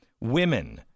Women